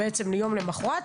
בעצם יום למוחרת,